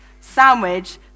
sandwich